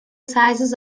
sizes